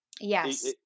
yes